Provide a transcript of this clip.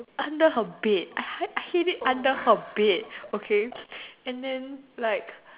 under her bed I hid it under her bed okay and then like